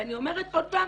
ואני אומרת עוד פעם